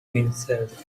himself